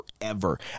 forever